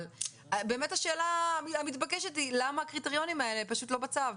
באמת השאלה המתבקשת היא למה הקריטריונים האלה לא בצו.